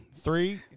Three